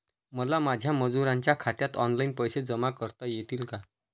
मला माझ्या मजुरांच्या खात्यात ऑनलाइन पैसे जमा करता येतील का?